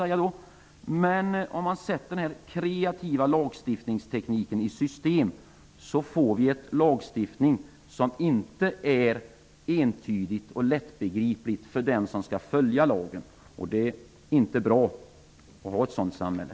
Men om man sätter den kreativa lagstiftningstekniken i system får vi en lagstiftning som inte är entydig och lättbegriplig för den som skall följa lagen, och det är inte bra att ha ett sådant samhälle.